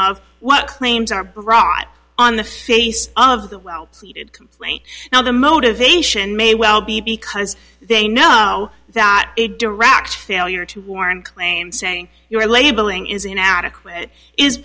of what claims are brought on the face of the complaint now the motivation may well be because they know that a direct failure to warn claim saying you are labeling is inadequate is